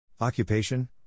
Occupation